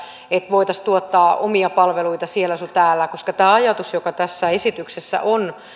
voitaisiin tuottaa omia palveluita siellä sun täällä koska tämä ajatus joka tässä esityksessä on